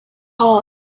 hall